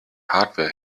hardware